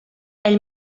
ell